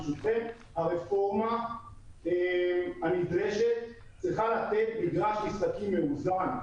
ברשותכם: הרפורמה הנדרשת צריכה לתת מגרש משחקים מאוזן.